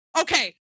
Okay